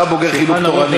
אתה בוגר חינוך תורני,